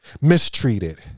mistreated